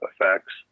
effects